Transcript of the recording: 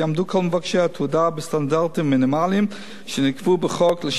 בסטנדרטים המינימליים שנקבעו בחוק לשם עיסוק במקצוע.